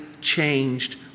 changed